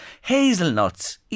hazelnuts